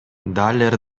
далер